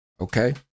okay